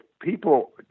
people